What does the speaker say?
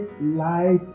light